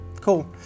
Cool